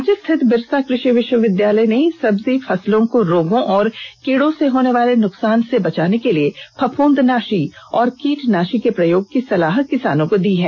रांची स्थित बिरसा कृषि विष्व विद्यालय ने सब्जी फसलों को रोगों और कीड़ों से होने वाले नुकसान से बचाने के लिए फफूंदनाशी और कीटनाषी के प्रयोग की सलाह किसानों को दी है